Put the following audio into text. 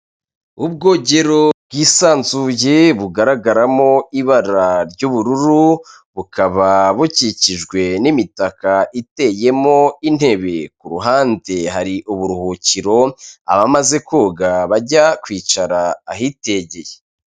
Ubwogero bwisanzure bugaragaramo ibara ry'ubururu bukaba bukikijwe n'imitaka iteyemo intebe, ku ruhande hari uburuhukiro abamaze koga bajya kwicara ahitegeye.